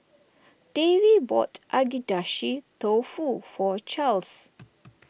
Davy bought Agedashi Dofu for Charles